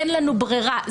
אין לנו ברירה.